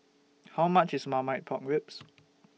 How much IS Marmite Pork Ribs